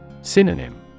Synonym